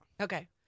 Okay